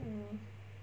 mm